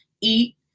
eat